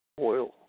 oil